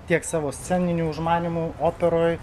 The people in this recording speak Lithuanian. tiek savo sceniniu užmanymu operoj